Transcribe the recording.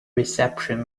reception